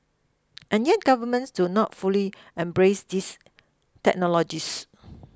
and yet governments do not fully embrace these technologies